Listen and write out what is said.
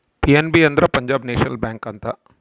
PNB ಅಂದ್ರೆ Punjab National Bank ಅಂತ